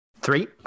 three